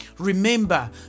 Remember